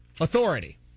Authority